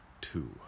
two